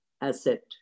asset